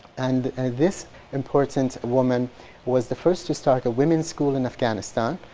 and this important woman was the first to start a women's school in afghanistan.